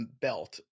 belt